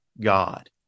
God